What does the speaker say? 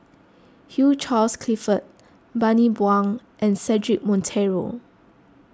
Hugh Charles Clifford Bani Buang and Cedric Monteiro